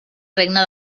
regne